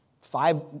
five